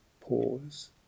pause